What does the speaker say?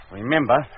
remember